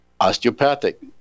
osteopathic